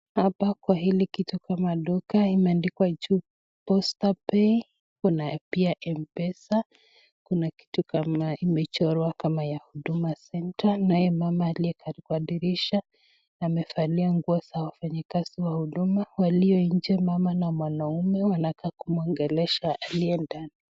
Hapa kwa hili kama duka kumeandikwa juu Poster Pay kuna pia mpesa kuna kitu imechorwa kama Huduma Center na yeye mama aliekaa kwa dirisha amevalia nguo za wafanyikazi wa huduma. Kwa walio nje mama na mwanaume wanakaa kumwongeleshaa aliendani.